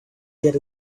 get